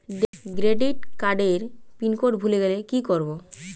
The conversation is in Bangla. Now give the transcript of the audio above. ক্রেডিট কার্ডের পিনকোড ভুলে গেলে কি করব?